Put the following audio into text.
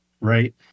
right